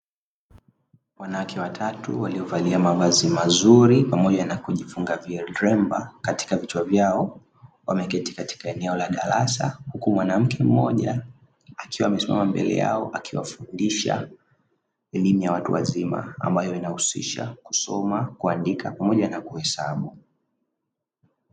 Wanawake watatu waliovalia mavazi mazuri pamoja na kujifunga vilemba katika vichwa vyao wameketi katika eneo la darasa, huku mwanamke mmoja akiwa amesimama mbele yao akiwafundisha elimu ya watu wazima ambayo inahusisha: kusoma, kuandika pamoja na kuhesabu.